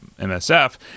msf